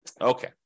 okay